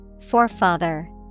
Forefather